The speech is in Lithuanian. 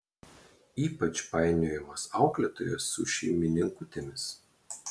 ypač painiojamos auklėtojos su šeimininkutėmis